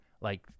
like-